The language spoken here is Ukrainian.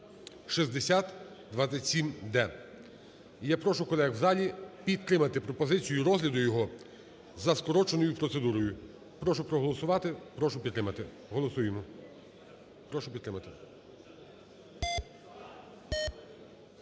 (6027-д). І я прошу колег в залі підтримати пропозицію розгляду його за скороченою процедурою. Прошу проголосувати. Прошу підтримати. Голосуємо. Прошу підтримати.